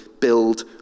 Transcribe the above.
build